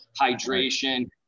hydration